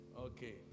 okay